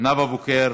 נאוה בוקר,